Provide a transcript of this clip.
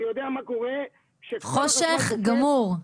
אני יודע מה קורה כשכל החשמל -- חושך גמור.